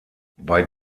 bei